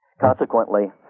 Consequently